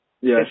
Yes